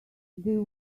they